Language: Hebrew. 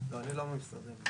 היום סדר הדברים יהיה כזה,